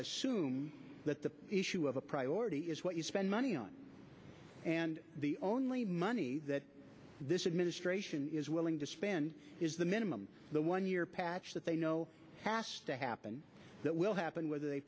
soon that the issue of a priority is what you spend money on and the only money that this administration is willing to spend is the minimum the one year patch that they know passed to happen that will happen whether they